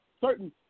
certain